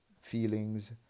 feelings